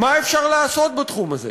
מה אפשר לעשות בתחום הזה?